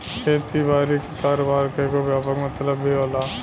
खेती बारी के कारोबार के एगो व्यापक मतलब भी होला